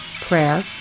prayer